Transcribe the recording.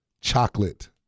Chocolate